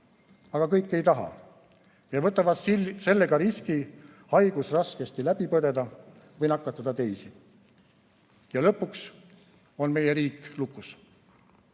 Aga kõik ei taha ja võtavad sellega riski haigus raskesti läbi põdeda või nakatada teisi. Ja lõpuks on meie riik lukus.